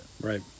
Right